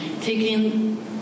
taking